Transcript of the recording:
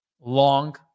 long